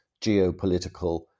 geopolitical